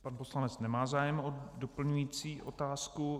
Pan poslanec nemá zájem o doplňující otázku.